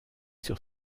sur